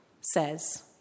says